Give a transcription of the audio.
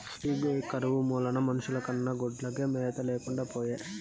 ఈ కరువు మూలాన మనుషుల కన్నా గొడ్లకే మేత లేకుండా పాయె